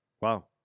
Wow